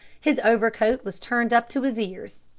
his overcoat was turned up to his ears,